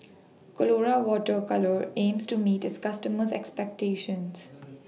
Colora Water Colours aims to meet its customers' expectations